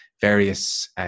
various